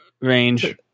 range